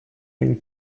une